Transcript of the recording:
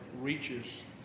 reaches